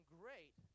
great